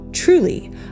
Truly